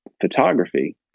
photography